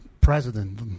president